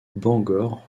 bangor